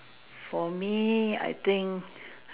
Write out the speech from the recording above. for me I think